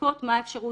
ובודקות מה האפשרות,